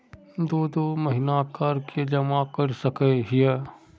दो दो महीना कर के जमा कर सके हिये?